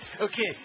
Okay